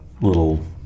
little